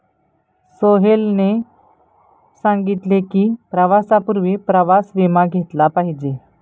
सोहेलने सांगितले की, प्रवासापूर्वी प्रवास विमा घेतला पाहिजे